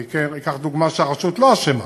אני אקח דוגמה שהרשות לא אשמה,